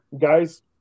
guys